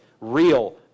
real